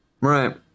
right